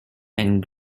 and